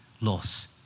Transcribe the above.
loss